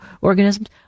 organisms